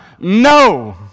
No